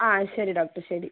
ആ ശരി ഡോക്ടർ ശരി